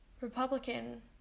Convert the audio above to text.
republican